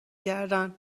کردن